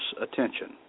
attention